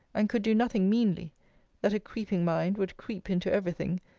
and could do nothing meanly that a creeping mind would creep into every thing,